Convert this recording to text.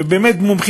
ובאמת יש לנו,